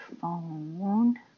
phone